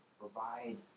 provide